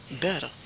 better